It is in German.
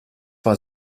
war